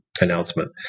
announcement